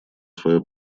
свое